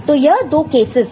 तो यह दो केसस है